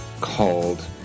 called